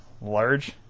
Large